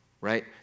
right